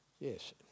yes